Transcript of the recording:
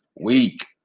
week